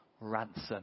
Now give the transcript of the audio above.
ransom